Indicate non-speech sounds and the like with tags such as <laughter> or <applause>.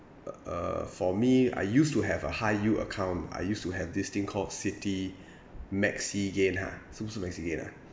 uh err for me I used to have a high yield account I used to have this thing called city <breath> maxigain ha 是不是 maxigain ah